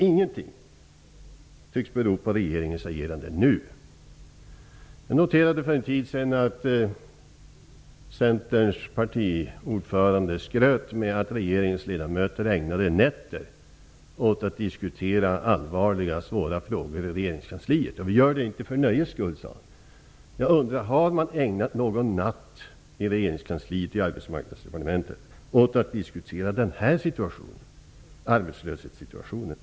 Ingenting tycks bero på regeringens agerande nu. Jag noterade för en tid sedan att Centerns partiordförande skröt med att regeringens ledamöter ägnade nätter åt att diskutera allvarliga och svåra frågor i regeringskansliet. Vi gör det inte för nöjes skull, sade han. Arbetsmarknadsdepartementet ägnat någon natt åt att diskutera arbetslöshetssituationen?